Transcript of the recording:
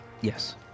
Yes